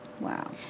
Wow